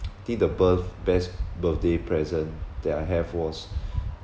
I think the birth~ best birthday present that I have was